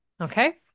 Okay